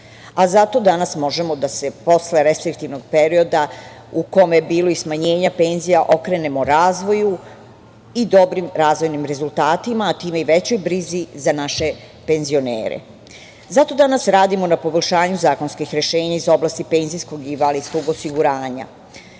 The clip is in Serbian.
Zato danas možemo da se posle restriktivnog perioda, u kome je bilo i smanjenje penzija, okrenemo razvoju i dobrim razvojnim rezultatima, a time i većoj brizi za naše penzionere. Zato danas radimo na poboljšanju zakonskih rešenja iz oblasti penzijskog i invalidskog osiguranja.